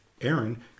Aaron